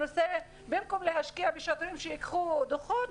במקום להשקיע בשוטרים שייקחו דוחות,